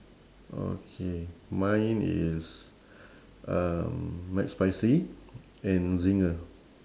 okay mine is um mcspicy and zinger